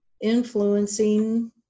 influencing